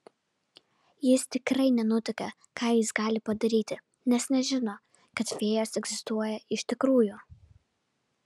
jis tikrai nenutuokė ką jis gali padaryti nes nežino kad fėjos egzistuoja iš tikrųjų